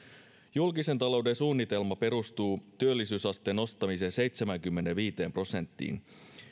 julkisen talouden suunnitelma perustuu työllisyysasteen nostamiseen seitsemäänkymmeneenviiteen prosenttiin